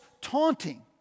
taunting